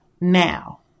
now